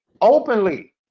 openly